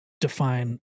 define